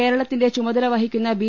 കേരളത്തിന്റെ ചുമതല വഹിക്കുന്ന ബി